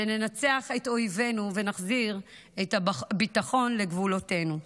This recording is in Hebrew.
שננצח את אויבינו ונחזיר את הביטחון לגבולותינו.